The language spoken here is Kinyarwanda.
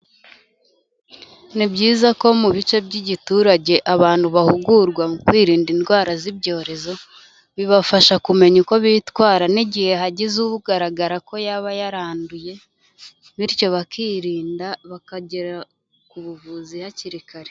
Ni byiza ko mu bice by'igiturage abantu bahugurwa mu kwirinda indwara z'ibyorezo, bibafasha kumenya uko bitwara n'igihe hagize ugaragara ko yaba yaranduye, bityo bakirinda bakagera ku buvuzi hakiri kare.